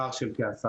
פער של כ-10%.